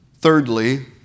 Thirdly